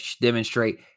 demonstrate